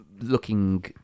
looking